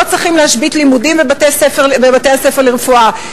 לא צריכים להשבית לימודים בבתי-הספר לרפואה.